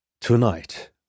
Tonight